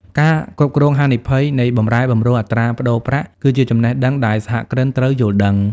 ការគ្រប់គ្រងហានិភ័យនៃបម្រែបម្រួលអត្រាប្តូរប្រាក់ គឺជាចំណេះដឹងដែលសហគ្រិនត្រូវយល់ដឹង។